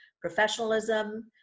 professionalism